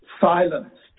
silenced